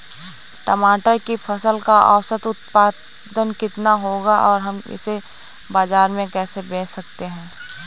टमाटर की फसल का औसत उत्पादन कितना होगा और हम इसे बाजार में कैसे बेच सकते हैं?